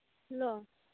hello